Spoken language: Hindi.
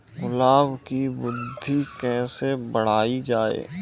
गुलाब की वृद्धि कैसे बढ़ाई जाए?